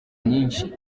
nyinshi